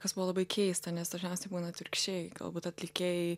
kas buvo labai keista nes dažniausiai būna atvirkščiai galbūt atlikėjai